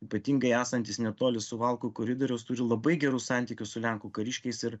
ypatingai esantys netoli suvalkų koridorius turi labai gerus santykius su lenkų kariškiais ir